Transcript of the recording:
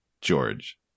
George